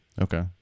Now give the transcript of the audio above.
Okay